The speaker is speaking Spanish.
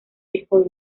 disco